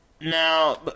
now